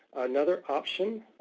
another option,